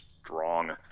strong